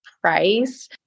price